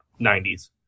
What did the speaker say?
90s